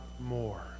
more